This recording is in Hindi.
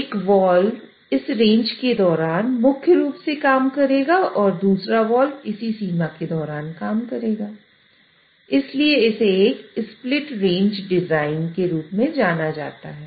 यह कैसे काम करने वाला है